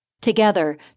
Together